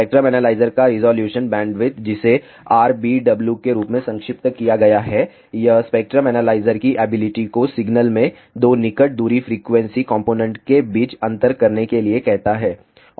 spectrum analyser का resolution bandwidth जिसे RBW के रूप में संक्षिप्त किया गया है यह स्पेक्ट्रम एनालाइजर की एबिलिटी को सिग्नल में 2 निकट दूरी फ्रीक्वेंसी कॉम्पोनेन्ट के बीच अंतर करने के लिए कहता है